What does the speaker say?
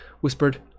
whispered